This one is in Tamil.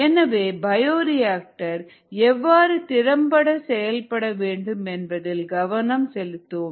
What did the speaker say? எனவே பயோரியாக்டர் எவ்வாறு திறம்பட செயல்பட வேண்டும் என்பதில் கவனம் செலுத்துவோம்